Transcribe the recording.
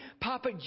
Papa